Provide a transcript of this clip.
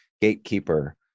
gatekeeper